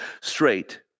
straight